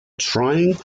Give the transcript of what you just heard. trying